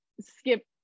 skip